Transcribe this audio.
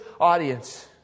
audience